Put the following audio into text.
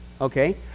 okay